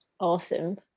Awesome